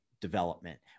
development